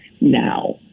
now